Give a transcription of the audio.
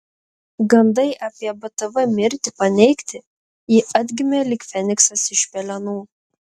gandai apie btv mirtį paneigti ji atgimė lyg feniksas iš pelenų